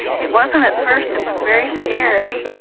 it wasn't at first. it was very scary,